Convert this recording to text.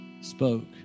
spoke